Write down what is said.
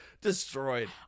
destroyed